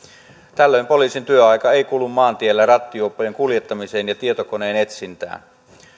tällöin poliisin työaika ei kulu maantiellä rattijuoppojen kuljettamiseen ja tietokoneen etsintään